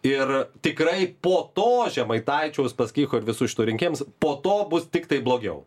ir tikrai po to žemaitaičio uspaskicho ir visų šitų rinkėjams po to bus tiktai blogiau